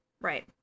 Right